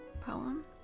poem